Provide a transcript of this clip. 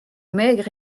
maigre